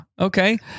okay